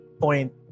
point